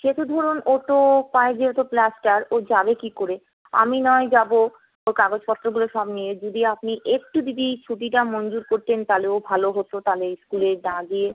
সে তো ধরুন ও তো পায়ে যেহেতু প্লাস্টার ও যাবে কী করে আমি না হয় যাবো ওর কাগজপত্রগুলো সব নিয়ে যদি আপনি একটু দিদি ছুটিটা মঞ্জুর করতেন তাহলে ও ভালো হতো তাহলে স্কুলে না গিয়ে